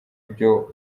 byo